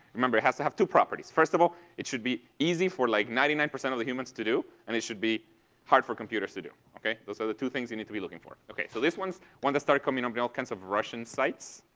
remember it has to have two properties. first of all, it should be easy for like ninety nine percent of the humans to do. and it should be hard for computers to do. okay? those are the two things you need to be looking for. okay? so this one's one that started coming um up in all kinds of russian sites.